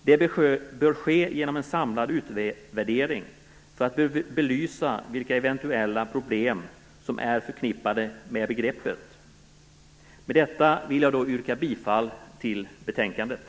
Det bör ske genom en samlad utvärdering för att belysa vilka eventuella problem som är förknippade med begreppet. Med detta vill jag yrka bifall till utskottets hemställan.